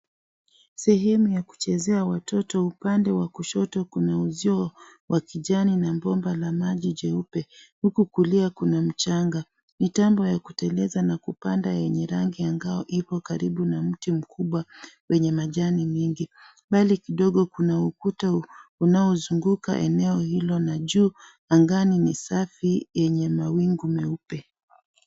Sehemu ya kuchezea watoto, upande wa kushoto kuna uziwa wa kijani na bomba la maji jeupe, huku kulia kuna mchanga. Mitambo ya. Kuteleza na kupanda yenye rangi angau ipo karibu na mti mkubwa wenye majani mingi, mbali kidogo kuna ukuta unaozunguka eneo hilo na juu, angani ni safi yenye mawingu meupe.